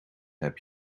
heb